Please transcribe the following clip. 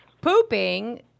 pooping